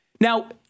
Now